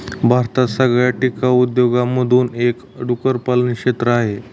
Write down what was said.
भारतात सगळ्यात टिकाऊ उद्योगांमधून एक डुक्कर पालन क्षेत्र आहे